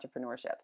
entrepreneurship